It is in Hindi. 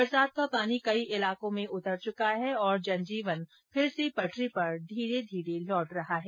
बरसात का पानी कई इलाको में उतर चुका है और जनजीवन फिर से पटरी पर लौटने लगा है